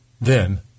Then